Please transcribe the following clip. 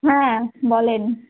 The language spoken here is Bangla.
হ্যাঁ বলেন